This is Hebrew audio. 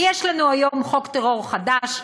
ויש לנו היום חוק טרור חדש,